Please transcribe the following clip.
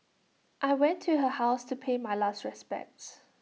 I went to her house to pay my last respects